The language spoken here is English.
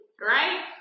right